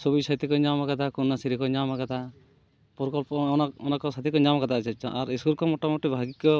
ᱥᱚᱵᱩᱡᱽ ᱥᱟᱛᱤ ᱠᱚ ᱧᱟᱢ ᱠᱟᱫᱟ ᱠᱚ ᱠᱚᱱᱱᱟᱥᱨᱤ ᱠᱚ ᱧᱟᱢ ᱠᱟᱫᱟ ᱯᱚᱨᱤᱠᱚᱞᱯᱚ ᱚᱱᱟ ᱚᱱᱟ ᱠᱚ ᱥᱟᱛᱤ ᱠᱚ ᱧᱟᱢ ᱠᱟᱫᱟ ᱪᱮᱫ ᱪᱚᱝ ᱟᱨ ᱤᱥᱠᱩᱞ ᱠᱚ ᱢᱚᱴᱟ ᱢᱩᱴᱤ ᱵᱷᱟᱜᱮ ᱠᱚ